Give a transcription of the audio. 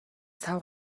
сав